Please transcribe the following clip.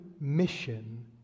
mission